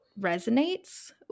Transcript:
resonates